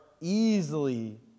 easily